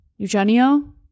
Eugenio